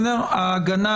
ההגנה,